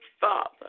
Father